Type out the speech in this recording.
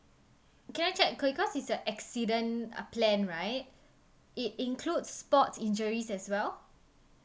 can I check cause it's the accident uh plan right it includes sports injuries as well